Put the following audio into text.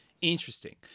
Interesting